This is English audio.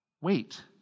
wait